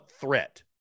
threat